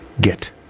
get